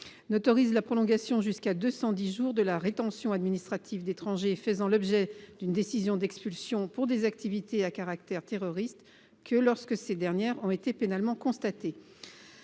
n’autorise la prolongation jusqu’à 210 jours de la rétention administrative d’étrangers faisant l’objet d’une décision d’expulsion pour des activités à caractère terroriste que lorsque ces dernières ont été pénalement constatées.